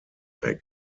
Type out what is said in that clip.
weg